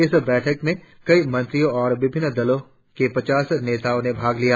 इस बैठक में कई मंत्रियों और विभिन्न दलों के पचीस नेताओं ने भाग लिया